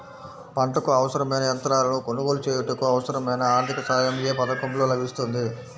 పంటకు అవసరమైన యంత్రాలను కొనగోలు చేయుటకు, అవసరమైన ఆర్థిక సాయం యే పథకంలో లభిస్తుంది?